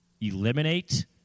Eliminate